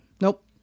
Nope